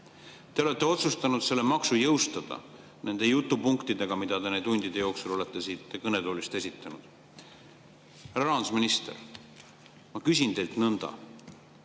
Te olete otsustanud selle maksu jõustada nende jutupunktidega, mida te nende tundide jooksul olete siit kõnetoolist esitanud. Härra rahandusminister, ma küsin teilt nõnda.